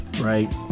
right